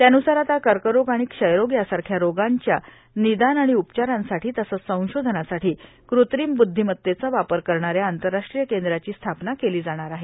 यानुसार आता कर्करोग आणि क्षयरोग यासारख्या रोगांच्या निदान आणि उपचारांसाठी तसंच संशोधनासाठी कृत्रिम बुद्धिमत्तेचा वापर करणाऱ्या आंतरराष्ट्रीय केंद्राची स्थापना केली जाणार आहे